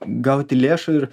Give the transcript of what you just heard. gauti lėšų ir